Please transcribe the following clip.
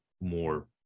more